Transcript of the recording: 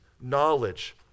knowledge